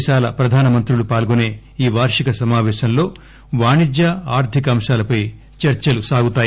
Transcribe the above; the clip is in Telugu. దేశాల ప్రధాన మంత్రులు పాల్గొసే ఈ వార్షిక సమాపేశంలో వాణిజ్య ఆర్థిక అంశాలపై చర్చలు సాగుతాయి